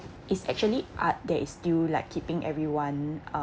it's actually art that is still like keeping everyone